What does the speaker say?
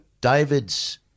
David's –